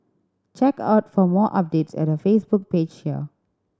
check out for more updates at her Facebook page here